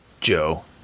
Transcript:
Joe